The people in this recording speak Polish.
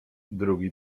drugi